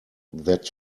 that